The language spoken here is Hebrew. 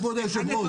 כבוד היושב-ראש.